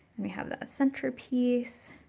and we have that centerpiece.